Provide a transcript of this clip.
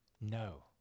No